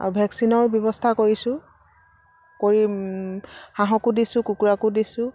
আৰু ভেকচিনৰ ব্যৱস্থা কৰিছো কৰি হাঁহকো দিছো কুকুৰাকো দিছো